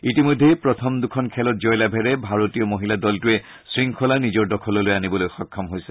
ইতিমধ্যে প্ৰথম দুখন খেলত জয়লাভেৰে ভাৰতীয় দলটোৱে শৃংখলা নিজৰ দখললৈ আনিবলৈ সক্ষম হৈছে